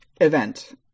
event